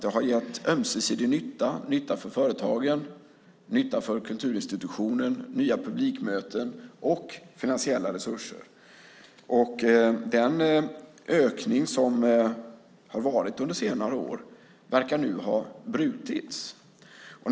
Det har gjort ömsesidig nytta och inneburit nytta för företagen och kulturinstitutionen, nya publikmöten och finansiella resurser. Den ökning som har varit under senare år verkar nu ha stannat av.